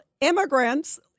immigrants